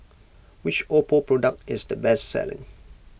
which Oppo product is the best selling